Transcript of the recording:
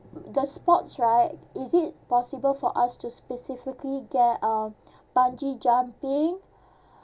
the sports right is it possible for us to specifically get uh bungee jumping